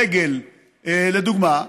הדגל, לדוגמה,